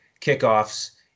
kickoffs